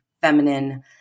feminine